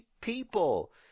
people